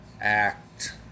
Act